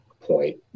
point